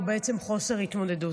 או בעצם חוסר ההתמודדות.